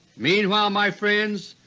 meanwhile, my friends,